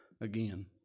again